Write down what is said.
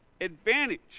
advantage